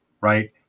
right